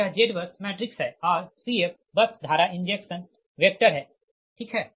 तो यह ZBUS matrix है और Cf बस धारा इंजेक्शन वेक्टर है ठीक है